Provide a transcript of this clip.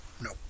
No